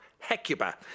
Hecuba